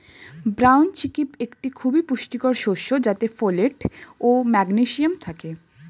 brown chickpea একটি খুবই পুষ্টিকর শস্য যাতে ফোলেট ও ম্যাগনেসিয়াম থাকে